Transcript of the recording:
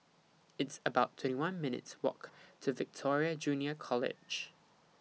It's about twenty one minutes' Walk to Victoria Junior College